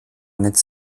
netz